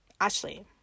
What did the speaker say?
Ashley